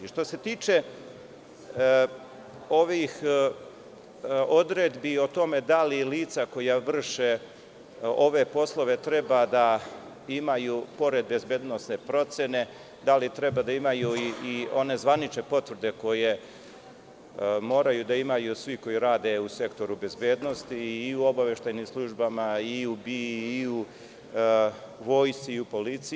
Što se tiče ovih odredbi o tome da li lica, koja vrše ove poslove, treba da imaju pored bezbednosne procene i one zvanične potvrde koje moraju da imaju svi koje rade u sektoru bezbednosti, u obaveštajnim službama, u BIA, u Vojsci, policiji.